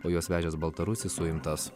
o juos vežęs baltarusis suimtas